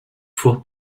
four